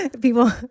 people